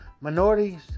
minorities